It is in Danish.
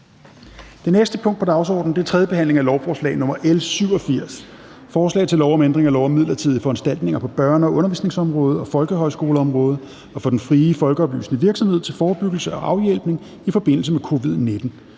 behandling 14.12.2021). 24) 3. behandling af lovforslag nr. L 87: Forslag til lov om ændring af lov om midlertidige foranstaltninger på børne- og undervisningsområdet og folkehøjskoleområdet og for den frie folkeoplysende virksomhed til forebyggelse og afhjælpning i forbindelse med covid-19.